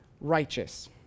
righteous